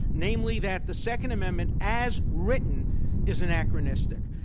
namely that the second amendment as written is anachronistic.